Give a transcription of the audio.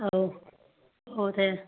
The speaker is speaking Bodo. औ औ दे